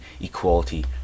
equality